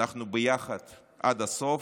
אנחנו ביחד עד הסוף,